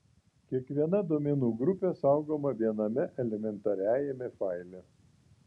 kiekviena duomenų grupė saugoma viename elementariajame faile